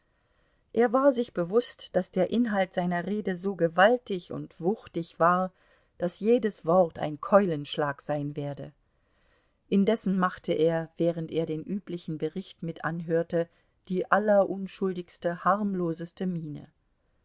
er war sich bewußt daß der inhalt seiner rede so gewaltig und wuchtig war daß jedes wort ein keulenschlag sein werde indessen machte er während er den üblichen bericht mit anhörte die allerunschuldigste harmloseste miene